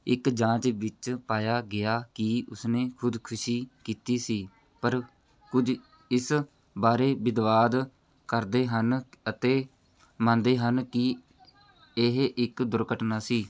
ਇੱਕ ਜਾਂਚ ਵਿੱਚ ਪਾਇਆ ਗਿਆ ਕਿ ਉਸਨੇ ਖੁਦਕੁਸ਼ੀ ਕੀਤੀ ਸੀ ਪਰ ਕੁਝ ਇਸ ਬਾਰੇ ਵਿਵਾਦ ਕਰਦੇ ਹਨ ਅਤੇ ਮੰਨਦੇ ਹਨ ਕਿ ਇਹ ਇੱਕ ਦੁਰਘਟਨਾ ਸੀ